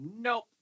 nope